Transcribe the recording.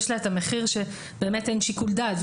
יש לה את המחיר שבאמת אין שיקול דעת,